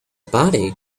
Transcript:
body